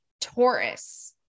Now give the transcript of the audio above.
Taurus